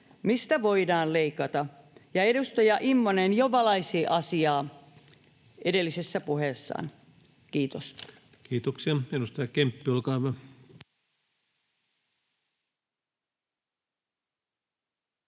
mistä voidaan leikata, ja edustaja Immonen jo valaisi asiaa edellisessä puheessaan. — Kiitos. Kiitoksia. — Edustaja Kemppi, olkaa hyvä.